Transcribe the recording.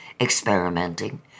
experimenting